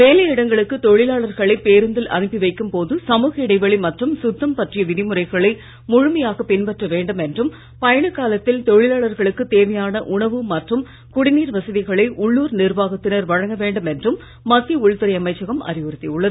வேலை இடங்களுக்கு தொழிலாளர்களை பேருந்தில் அனுப்பி வைக்கும் போது சமூக இடைவெளி மற்றும் சுத்தம் பற்றிய விதிமுறைகளை முழுமையாக பின்பற்ற வேண்டும் என்றும் பயணக் காலத்தில் தொழிலாளர்களுக்கு தேவையான உணவு மற்றும் குடிநீர் வசதிகளை உள்ளுர் நிர்வாகத்தினர் வழங்க வேண்டும் என்றும் மத்திய உள்துறை அமைச்சகம் அறிவுறுத்தி உள்ளது